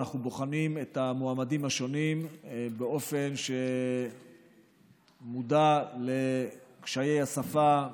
אנחנו בוחנים את המועמדים השונים באופן שמודע לקשיי השפה,